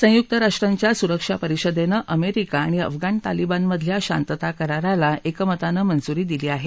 संयुक्त राष्ट्रांच्या सुरक्षा परिषदेनं अमेरिका आणि अफगाण तालिबानमधल्या शांतता कराराला एकमतानं मंजुरी दिली आहे